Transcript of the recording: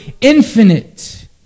infinite